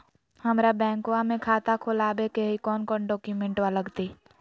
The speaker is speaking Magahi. हमरा बैंकवा मे खाता खोलाबे के हई कौन कौन डॉक्यूमेंटवा लगती?